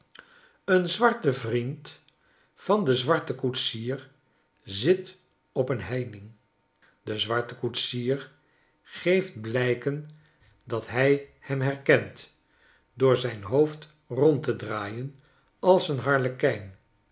een zwarte vriend van den zwarten koetsier zit op een heining de zwarten koetsier geeft blijken dat hij hem herkent door zyn hoofd rond te draaien als een harlekijn